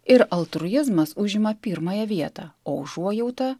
ir altruizmas užima pirmąją vietą o užuojauta